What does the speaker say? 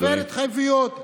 תפר התחייבויות,